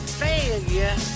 failure